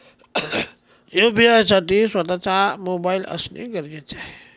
UPI साठी स्वत:चा mobile असणे गरजेचे आहे का?